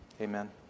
Amen